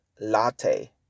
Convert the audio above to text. Latte